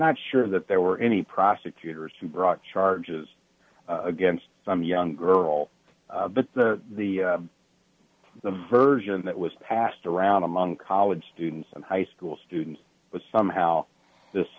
not sure that there were any prosecutors who brought charges against some young girl but the the the version that was passed around among college students and high school students was somehow this